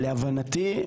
להבנתי,